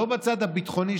לא בצד הביטחוני,